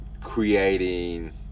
creating